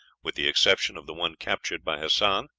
with the exception of the one captured by hassan,